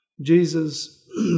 Jesus